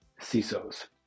CISOs